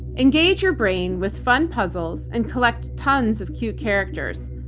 engage your brain with fun puzzles and collect tons of cute characters.